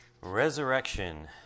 Resurrection